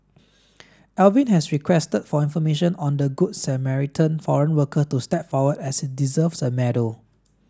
Alvin has requested for information on the Good Samaritan foreign worker to step forward as he deserves a medal